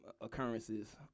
occurrences